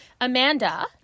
Amanda